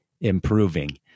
improving